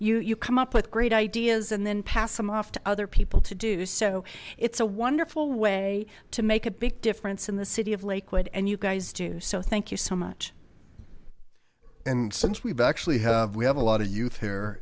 you you come up with great ideas and then pass them off to other people to do so it's a wonderful way to make a big difference in the city of lakewood and you guys do so thank you so much and since we've actually have we have a lot of youth here